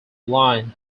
line